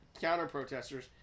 counter-protesters